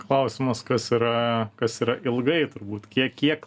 klausimas kas yra kas yra ilgai turbūt kiek kiek